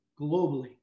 globally